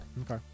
Okay